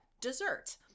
dessert